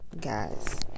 guys